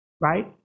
right